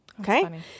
Okay